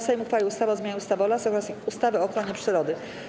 Sejm uchwalił ustawę o zmianie ustawy o lasach oraz ustawy o ochronie przyrody.